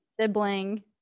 sibling